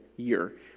year